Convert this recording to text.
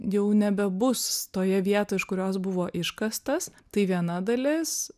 jau nebebus toje vietoj iš kurios buvo iškastas tai viena dalis